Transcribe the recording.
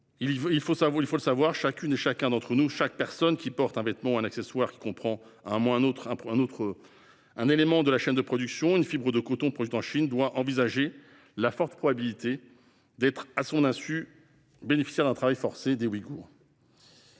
Il faut le savoir, chacune et chacun d'entre nous, chaque personne qui porte un vêtement ou un accessoire qui comprend, à un moment ou à un autre de sa chaîne de production, une fibre de coton produite en Chine, doit envisager la forte probabilité d'être bénéficiaire, à son insu, du travail forcé d'Ouïghours.